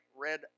red